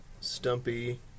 Stumpy